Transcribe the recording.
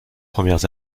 premières